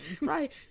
Right